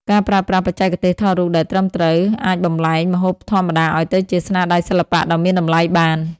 ការប្រើប្រាស់បច្ចេកទេសថតរូបដែលត្រឹមត្រូវ អាចបំប្លែងម្ហូបធម្មតាឱ្យទៅជាស្នាដៃសិល្បៈដ៏មានតម្លៃបាន។